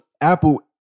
Apple